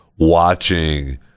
watching